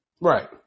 right